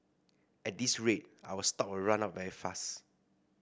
at this rate our stock will run out very fast